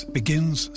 begins